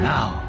Now